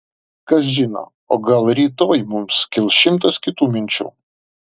kas žino o gal rytoj mums kils šimtas kitų minčių